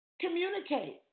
communicate